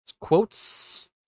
Quotes